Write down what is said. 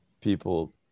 people